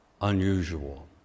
unusual